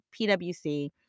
PWC